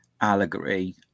allegory